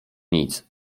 nic